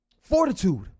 fortitude